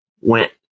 went